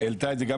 העלתה את זה,